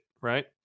right